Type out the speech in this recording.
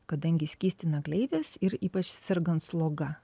kadangi skystina gleives ir ypač sergant sloga